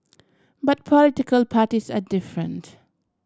but political parties are different